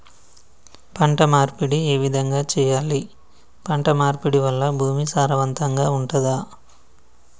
పంట మార్పిడి ఏ విధంగా చెయ్యాలి? పంట మార్పిడి వల్ల భూమి సారవంతంగా ఉంటదా?